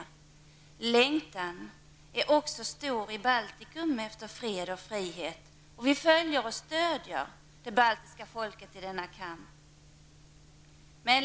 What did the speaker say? Längtan efter fred och frihet är också stor i Baltikum, och vi följer och stöder det baltiska folket i deras kamp.